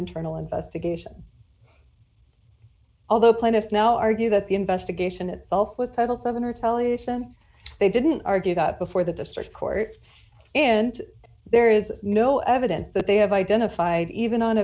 internal investigation although plaintiffs now argue that the investigation itself with title seven or tell ethan they didn't argue that before the district court and there is no evidence that they have identified even on